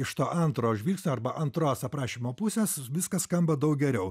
iš to antro žvilgsnio arba antros aprašymo pusės viskas skamba daug geriau